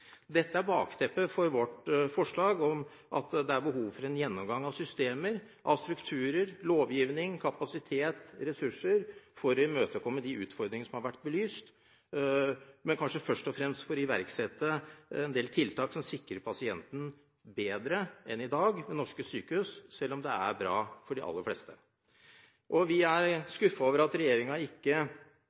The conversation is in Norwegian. Dette er bakteppet for vårt forslag om at det er behov for en gjennomgang av systemer, strukturer, lovgivning, kapasitet og ressurser for å imøtekomme de utfordringer som har vært belyst, men kanskje først og fremst for å iverksette en del tiltak som bedre enn i dag sikrer pasientene ved norske sykehus, selv om det er bra for de aller fleste. Vi er skuffet over at regjeringen ikke